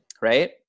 Right